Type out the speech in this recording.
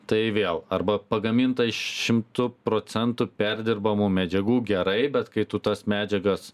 tai vėl arba pagaminta iš šimtu procentų perdirbamų medžiagų gerai bet kai tu tas medžiagas